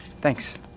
thanks